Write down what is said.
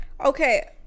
okay